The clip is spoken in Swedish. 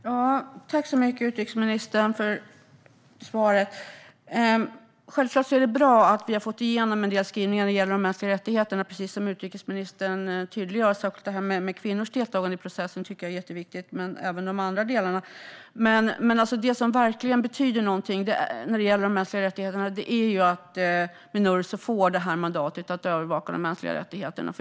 Herr talman! Tack så mycket, utrikesministern, för svaret! Självklart är det bra att vi har fått igenom en del skrivningar när det gäller de mänskliga rättigheterna, precis som utrikesministern tydliggör. Särskilt detta med kvinnors deltagande i processen tycker jag är jätteviktigt. Men det som verkligen betyder någonting när det gäller de mänskliga rättigheterna är att Minurso får mandat att övervaka de mänskliga rättigheterna.